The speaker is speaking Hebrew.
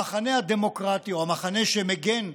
המחנה הדמוקרטי או המחנה שמגן,